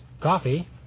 coffee